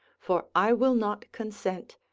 for i will not consent,